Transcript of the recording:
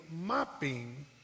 mopping